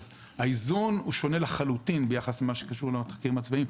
אז האיזון שונה לחלוטין ביחס למה שקשור לתחקירים הצבאיים.